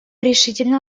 решительно